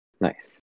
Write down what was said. Nice